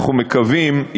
אנחנו מקווים,